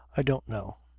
i don't know.